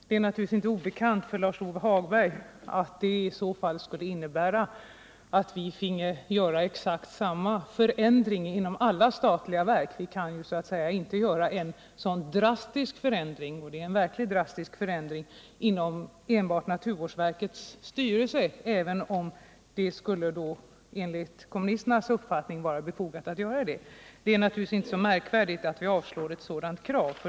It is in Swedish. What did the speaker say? Det är naturligtvis inte obekant för Lars-Ove Hagberg att det i så fall skulle innebära att vi finge göra exakt samma förändring inom alla statliga verk. Vi kan inte göra en så drastisk förändring som det här verkligen gäller inom enbart naturvårdsverkets styrelse — även om det enligt kommunisternas uppfattning skulle vara befogat. Det är naturligtvis inte så märkvärdigt att vi avstyrker ett sådant krav.